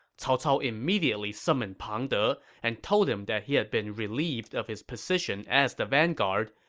cao cao immediately summoned pang de and told him that he had been relieved of his position as the vanguard,